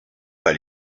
pas